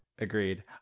Agreed